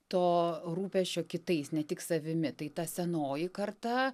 to rūpesčio kitais ne tik savimi tai ta senoji karta